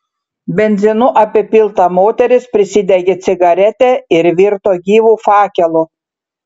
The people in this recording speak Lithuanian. benzinu apipilta moteris prisidegė cigaretę ir virto gyvu fakelu